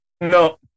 No